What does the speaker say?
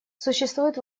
существует